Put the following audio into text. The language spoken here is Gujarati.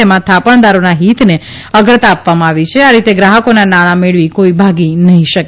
તેમાં થાપણદારોના હીતને અગ્રતા આપવામાં આવી છે આ રીતે ગ્રાહકોનાં નાણાં મેળવી કોઇ ભાગી નહીં શકે